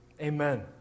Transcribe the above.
Amen